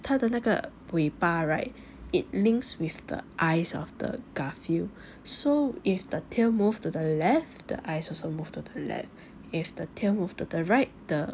他的那个尾巴 right it links with the eyes of the garfield so if the tail move to the left the eyes also move to the left if the tail move to the right the